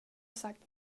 sagt